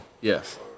Yes